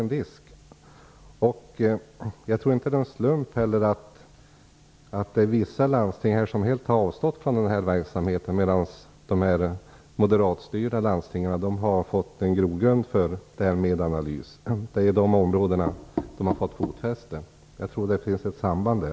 Jag tror inte heller att det är en slump att vissa landsting helt har avstått från den här verksamheten, medan de moderatstyrda landstingen har haft en grogrund för Medanalys. Det är i dessa områden som de har fått fotfäste. Jag tror att det finns ett samband där.